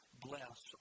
bless